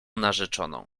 narzeczoną